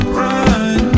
run